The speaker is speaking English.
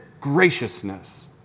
graciousness